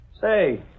Say